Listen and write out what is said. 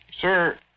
sir